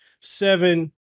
seven